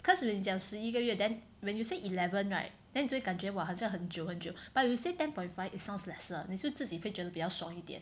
because when 你讲十一个月 then when you say eleven right then 你就会感觉 !wah! 好像很久很久 but you say ten point five it sounds lesser 你就自己会觉得比较爽一点